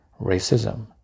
racism